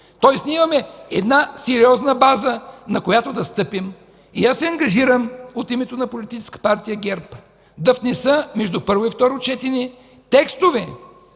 Тоест ние имаме една сериозна база, на която да стъпим. Аз се ангажирам от името на Политическа партия ГЕРБ да внеса между първо и второ четене текстове,